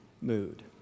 mood